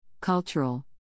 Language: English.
cultural